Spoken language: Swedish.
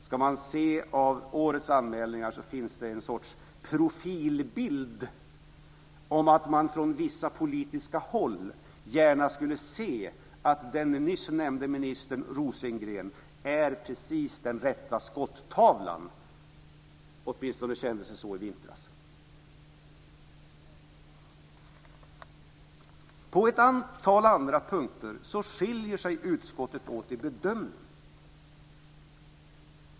Ska man döma av årets anmälningar så finns det en sorts profilbild. Från vissa politiska håll ser man gärna att den nyss nämnde ministern Rosengren är precis den rätta skottavlan; åtminstone kändes det så i vintras. På ett antal andra punkter skiljer sig bedömningarna i utskottet.